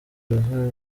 uruhara